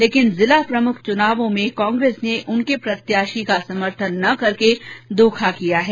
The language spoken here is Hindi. लेकिन जिला प्रमुख चुनावों में कोंग्रेस ने उनके प्रत्याशी का समर्थन न करके धोखा किया है